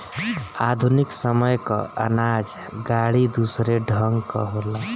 आधुनिक समय कअ अनाज गाड़ी दूसरे ढंग कअ होला